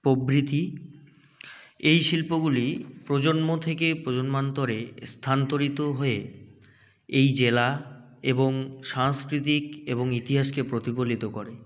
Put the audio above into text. প্রভৃতি এই শিল্পগুলি প্রজন্ম থেকে প্রজন্মান্তরে স্থানান্তরিত হয়ে এই জেলা এবং সাংস্কৃতিক এবং ইতিহাসকে প্রতিফলিত করে